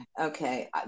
Okay